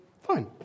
Fine